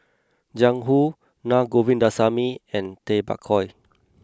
Jiang Hu Na Govindasamy and Tay Bak Koi